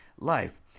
life